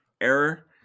error